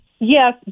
Yes